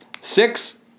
Six